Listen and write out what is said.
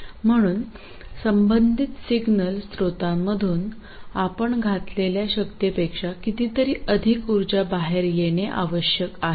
म्हणून संबंधित सिग्नल स्रोतांमधून आपण घातलेल्या शक्तीपेक्षा कितीतरी अधिक ऊर्जा बाहेर येणे आवश्यक आहे